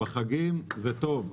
בחגים זה טוב.